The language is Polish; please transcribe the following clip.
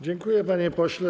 Dziękuję, panie pośle.